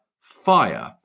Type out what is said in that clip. fire